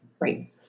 right